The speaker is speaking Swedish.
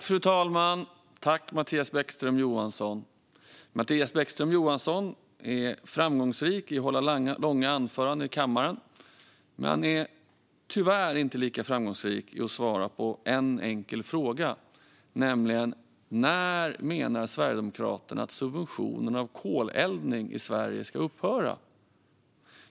Fru talman! Mattias Bäckström Johansson är framgångsrik i att hålla långa anföranden i kammaren, men han är tyvärr inte lika framgångsrik när det gäller att svara på en enkel fråga: När, menar Sverigedemokraterna, att subventionerna av koleldning i Sverige ska upphöra?